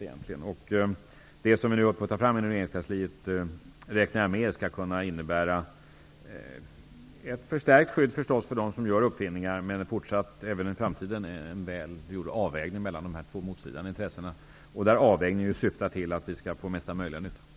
Jag räknar med att det vi nu håller på att ta fram inom regeringskansliet skall kunna innebära ett förstärkt skydd för dem som gör uppfinningar och att det även i framtiden skall kunna göras en riktig avvägning mellan dessa två motstridande intressen, där avvägningen syftar till att vi skall kunna få mesta möjliga nytta.